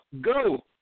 Go